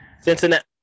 Cincinnati